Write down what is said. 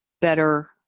better